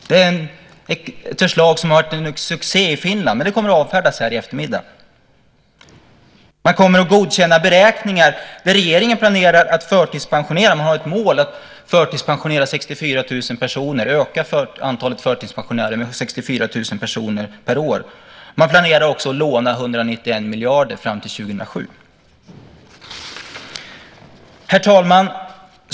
Det är ett förslag som varit en succé i Finland, men det kommer att avfärdas här i eftermiddag. Man kommer att godkänna regeringens beräkningar och mål om att öka antalet förtidspensionärer med 64 000 personer per år. Man planerar också att låna 191 miljarder fram till 2007. Herr talman!